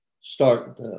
start